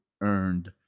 earned